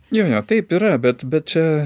jo jo taip yra bet bet čia